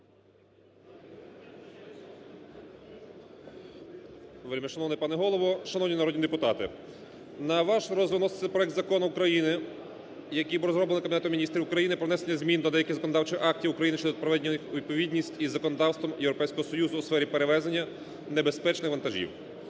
Вельмишановний пане Голово! Шановні народні депутати! На ваш розгляд вноситься проект закону України, який розроблений Кабінетом Міністрів України про внесення змін до деяких законодавчих актів України щодо приведення їх у відповідність із законодавством Європейського Союзу у сфері перевезення небезпечних вантажів.